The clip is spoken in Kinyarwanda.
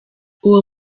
uwo